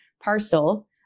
parcel